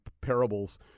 parables